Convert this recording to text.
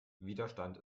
widerstand